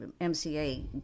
MCA